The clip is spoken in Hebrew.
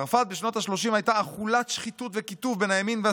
צרפת בשנות השלושים הייתה אכולת שחיתות וקיטוב בין השמאל לימין.